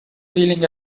feeling